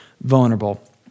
vulnerable